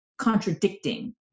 contradicting